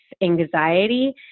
anxiety